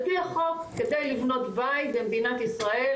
על פי החוק כדי לבנות בית במדינת ישראל,